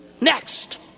next